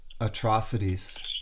atrocities